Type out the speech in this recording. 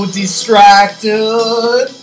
distracted